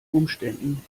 umständen